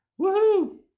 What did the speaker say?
Woohoo